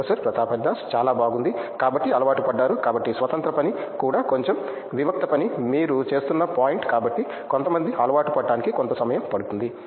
professor Pratap Haridas చాలా బాగుంది కాబట్టి అలవాటు పడ్డారు కాబట్టి స్వతంత్ర పని కూడా కొంచెం వివిక్త పని మీరు చేస్తున్న పాయింట్ కాబట్టి కొంతమంది అలవాటుపడటానికి కొంత సమయం పడుతుంది